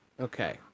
Okay